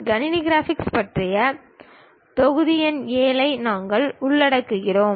கணினி கிராபிக்ஸ் பற்றிய தொகுதி எண் 7 ஐ நாங்கள் உள்ளடக்குகிறோம்